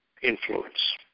influence